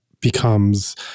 becomes